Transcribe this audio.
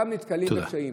גם בזה נתקלים בקשיים.